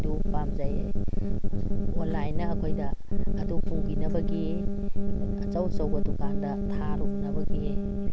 ꯑꯗꯨ ꯄꯥꯝꯖꯩ ꯑꯣꯟꯂꯥꯏꯟꯅ ꯑꯩꯈꯣꯏꯗ ꯑꯗꯨ ꯄꯨꯒꯤꯅꯕꯒꯤ ꯑꯆꯧ ꯑꯆꯧꯕ ꯗꯨꯀꯥꯟꯗ ꯊꯥꯔꯨꯅꯕꯒꯤ